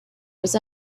was